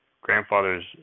Grandfather's